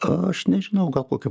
aš nežinau gal kokiu